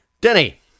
Denny